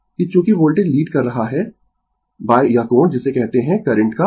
कि चूँकि voltage lead कर रहा है यह कोण जिसे कहते है करंट का ϕ